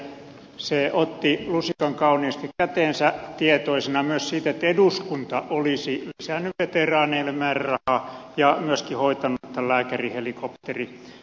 kiitos hallitukselle se otti lusikan kauniisti käteensä tietoisena myös siitä että eduskunta olisi lisännyt veteraaneille määrärahaa ja myöskin hoitanut tämän lääkärihelikopteriasian